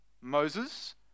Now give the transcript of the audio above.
Moses